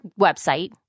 website